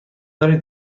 دارید